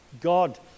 God